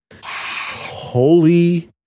Holy